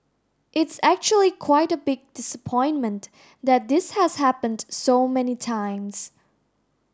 it's actually quite a big disappointment that this has happened so many times